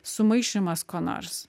sumaišymas ko nors